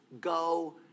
go